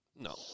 No